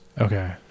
Okay